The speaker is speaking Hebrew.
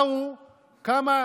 באו כמה,